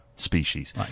species